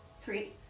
Three